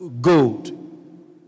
gold